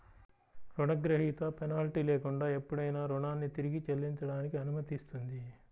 రుణగ్రహీత పెనాల్టీ లేకుండా ఎప్పుడైనా రుణాన్ని తిరిగి చెల్లించడానికి అనుమతిస్తుంది